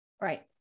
Right